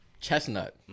Chestnut